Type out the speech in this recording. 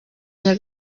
iya